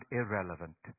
irrelevant